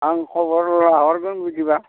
आं खबर लाहरगोन बिदिबा